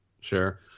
Sure